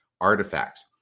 artifacts